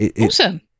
Awesome